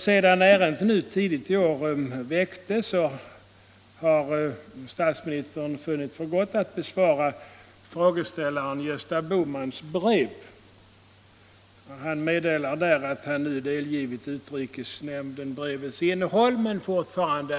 Sedan ärendet väcktes tidigt i år har statsministern funnit för gott att besvara ett brev från frågeställaren Gösta Bohman. I sitt svar meddelade statsminister Palme att han delgivit utrikesnämnden innehållet i brevet till Fidel Castro, men att han fortfarande